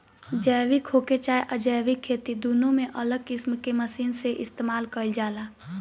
जैविक होखे चाहे अजैविक खेती दुनो में अलग किस्म के मशीन के इस्तमाल कईल जाला